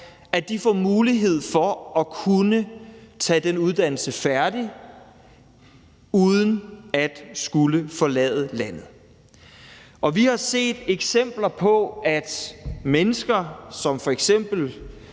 for, får mulighed for at kunne gøre den uddannelse færdig uden at skulle forlade landet. Vi har set eksempler på, at mennesker, som f.eks.